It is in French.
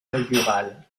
inaugurale